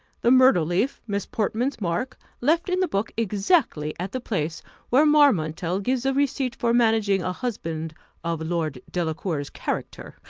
the myrtle leaf, miss portman's mark, left in the book exactly at the place where marmontel gives a receipt for managing a husband of lord delacour's character.